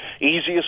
Easiest